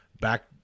back